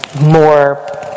more